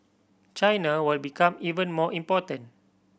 China will become even more important